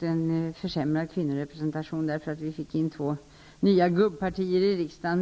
en försämrad kvinnorepresentation, därför att vi fick in två nya ''gubbpartier'' i riksdagen.